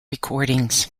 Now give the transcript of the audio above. recordings